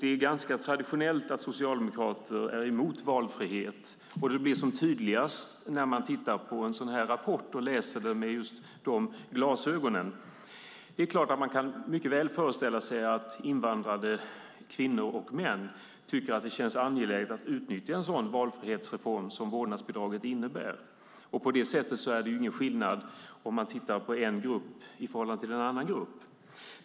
Det är ganska traditionellt att socialdemokrater är emot valfrihet. Som tydligast blir det när man tittar på en sådan här rapport och läser den med just de glasögonen. Det är klart att man mycket väl kan föreställa sig att invandrade kvinnor och män tycker att det känns angeläget att utnyttja en sådan valfrihetsreform som vårdnadsbidraget innebär. På det sättet är det ingen skillnad om man tittar på en grupp i förhållande till en annan grupp.